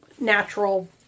natural